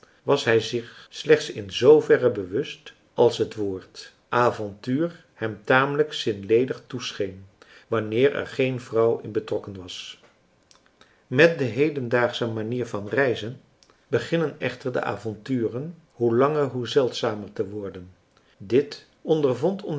was hij zich slechts in zooverre